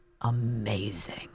amazing